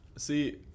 See